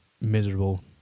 miserable